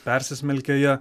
persismelkę ja